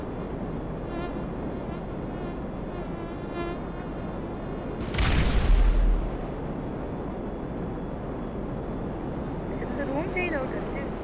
अच्छा तुसें रूम चाहिदा होटल च